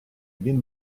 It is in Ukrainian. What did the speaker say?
він